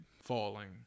falling